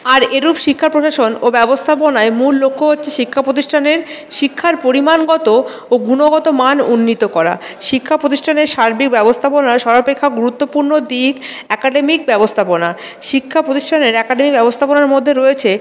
আর এরূপ শিক্ষা প্রশাসন ও ব্যবস্থপনার মূল লক্ষ্য হচ্ছে শিক্ষা প্রতিষ্ঠানের শিক্ষার পরিমাণগত ও গুণগত মান উন্নীত করা শিক্ষা প্রতিষ্ঠানের সার্বিক ব্যবস্থাপনার সর্বাপেক্ষা গুরুত্বপূর্ণ দিক অ্যাকাডেমিক ব্যবস্থাপনা শিক্ষা প্রতিষ্ঠানের অ্যাকাডেমিক ব্যবস্থাপনার মধ্যে রয়েছে